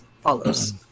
follows